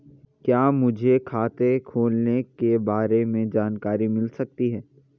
क्या मुझे खाते खोलने के बारे में जानकारी मिल सकती है?